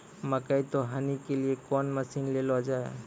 मकई तो हनी के लिए कौन मसीन ले लो जाए?